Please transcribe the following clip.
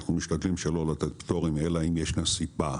אנחנו משתדלים שלא לתת פטורים אלא אם יש סיבה.